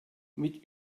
mit